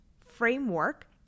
framework